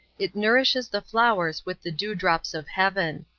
it nourishes the flowers with the dew-drops of heaven.